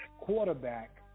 quarterback